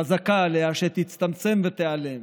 חזקה עליה שתצטמצם ותיעלם.